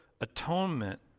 atonement